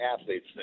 athletes